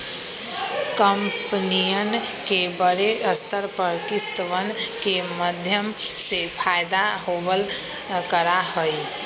कम्पनियन के बडे स्तर पर किस्तवन के माध्यम से फयदा होवल करा हई